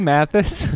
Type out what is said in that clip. Mathis